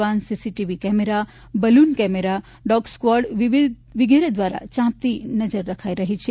van CC TV camera balloon camera dog squad વિગેરે દ્વારા ચાંપતી નગર રખાઈ રહી છે